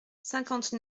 cinquante